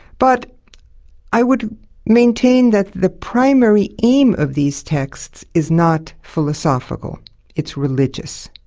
but i would maintain that the primary aim of these texts is not philosophical it's religious.